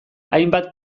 hainbat